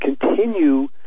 continue